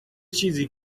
چیزی